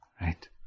Right